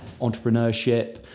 entrepreneurship